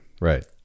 right